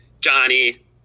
Johnny